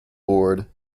board